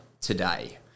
today